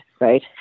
right